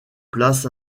places